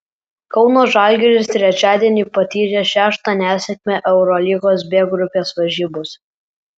kauno žalgiris trečiadienį patyrė šeštą nesėkmę eurolygos b grupės varžybose